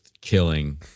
killing